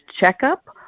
checkup